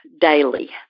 daily